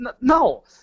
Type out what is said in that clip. no